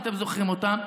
אתם זוכרים אותה,